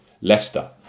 Leicester